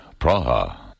Praha